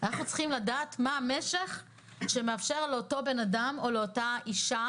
אנחנו צריכים לדעת מה משך הזמן שמאפשר לאותו איש או לאותה אישה